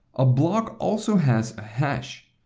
a block also has a hash.